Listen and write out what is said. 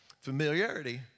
Familiarity